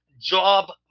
job